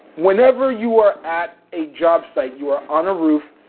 whenever you are at a job site, you are on a roof,